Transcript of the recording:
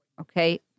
Okay